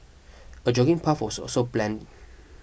a jogging path was also plan